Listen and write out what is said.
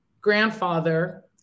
grandfather